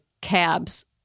cabs